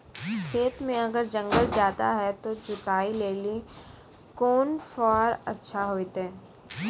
खेत मे अगर जंगल ज्यादा छै ते जुताई लेली कोंन फार अच्छा होइतै?